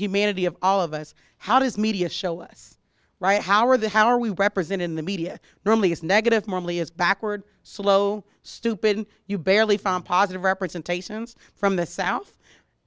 humanity of all of us how does media show us right how are the how are we represent in the media not only is negative morally as backward slow stupid you barely find positive representations from the south